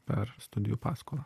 per studijų paskolą